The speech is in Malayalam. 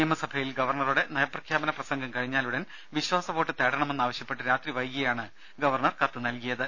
നിയമസഭയിൽ ഗവർണറുടെ നയ്പ്രഖ്യാപന പ്രസംഗം കഴിഞ്ഞാലുടൻ വിശ്വാസവോട്ട് തേട്ടണ്മെന്ന് ആവശ്യപ്പെട്ട് രാത്രി വൈകിയാണ് ഗവർണർ കത്ത് നൽകിയത്